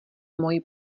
moji